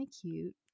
cute